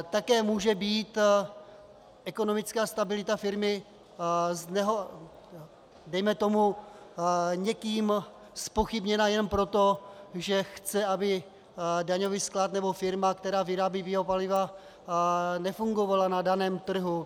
Také může být ekonomická stabilita firmy dejme tomu někým zpochybněna jenom proto, že chce, aby daňový sklad nebo firma, která vyrábí biopaliva, nefungovala na daném trhu.